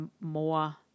more